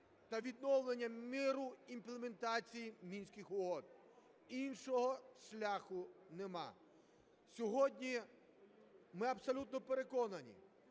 та відновлення миру, імплементації Мінських угод. Іншого шляху немає. Сьогодні ми абсолютно переконані,